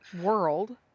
world